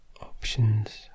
options